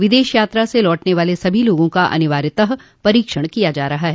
विदेश यात्रा से लौटने वाले सभी लोगों का अनिवार्यतः परीक्षण किया जा रहा है